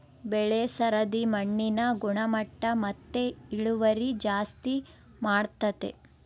ಬೆಳೆ ಸರದಿ ಮಣ್ಣಿನ ಗುಣಮಟ್ಟ ಮತ್ತೆ ಇಳುವರಿ ಜಾಸ್ತಿ ಮಾಡ್ತತೆ